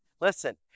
listen